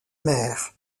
mer